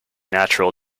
natural